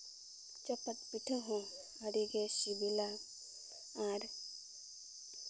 ᱪᱟᱯᱟᱫ ᱯᱤᱴᱷᱟᱹ ᱦᱚᱸ ᱟᱹᱰᱤᱜᱮ ᱥᱤᱵᱤᱞᱟ ᱟᱨ